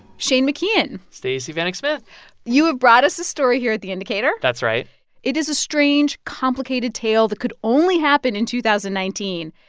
shane mckeon stacey vanek smith you have brought us a story here at the indicator that's right it is a strange, complicated tale that could only happen in two thousand and nineteen.